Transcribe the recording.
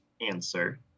answer